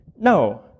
No